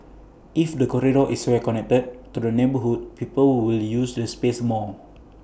if the corridor is well connected to the neighbourhood people will use the space more